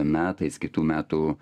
metais kitų metų